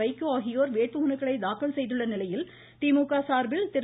வைகோ ஆகியோர் வேட்புமனுக்களை தாக்கல் செய்துள்ள நிலையில் திமுக சார்பில் திரு